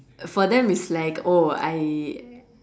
for them is like oh I